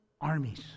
armies